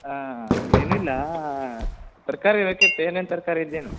ಹಾಂ ಹಾಂ ಏನುಯಿಲ್ಲಾ ತರಕಾರಿ ಬೇಕಿತ್ತು ಏನೇನು ತರಕಾರಿ ಇದೆ ಏನು